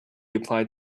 applied